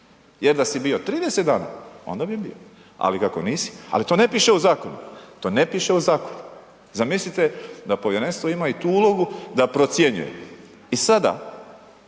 jer da si bio 30 dana onda bi bio, ali kako nisi, ali to ne piše u zakonu, zamislite da povjerenstvo ima i tu ulogu da procjenjuje i sada